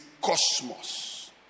cosmos